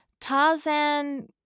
Tarzan